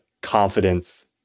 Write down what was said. confidence